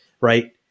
Right